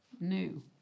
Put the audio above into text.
new